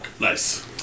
Nice